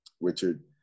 Richard